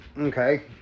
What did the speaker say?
Okay